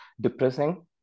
depressing